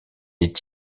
est